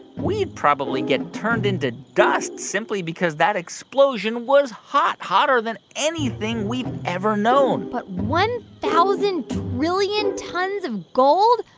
we'd probably get turned into dust simply because that explosion was hot hotter than anything we've ever known but one thousand trillion tons of gold?